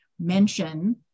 mention